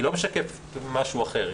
היא לא משקפת משהו אחר,